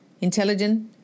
Intelligent